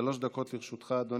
שלוש דקות לרשותך, אדוני.